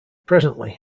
presently